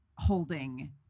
holding